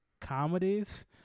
comedies